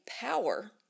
power